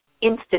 instant